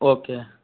okay